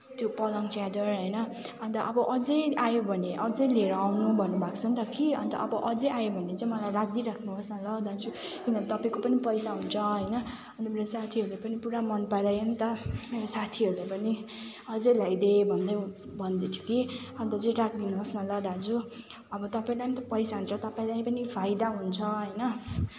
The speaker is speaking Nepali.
त्यो पलङ च्यादर होइन अन्त अब अझै आयो भने अझै लिएर आउनु भन्नुभएको छ नि त कि अन्त अझ आयो भने चाहिँ मलाई राखिदिराख्नुहोस् न ल दाजु किन तपाईँको पनि पैसा हुन्छ होइन मेरो साथीहरूले पनि पुरा मन परायो नि त मेरो साथीहरूले पनि अझै ल्याइदे भन्दै भन्दैथ्यो कि अनि अझै राख्दिनुहोस् न ल दाजु अब तपाईँलाई पनि त पैसा हुन्छ तपाईँलाई पनि त फाइदा हुन्छ होइन